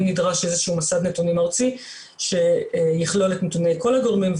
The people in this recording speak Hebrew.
נדרש איזה שהוא מסד נתונים ארצי שיכלול את נתוני כל הגורמים,